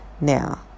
now